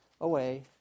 away